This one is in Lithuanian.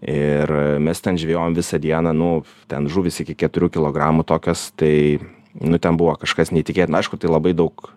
ir mes ten žvejojom visą dieną nu ten žuvys iki keturių kilogramų tokios tai nu ten buvo kažkas neįtikėtina aišku tai labai daug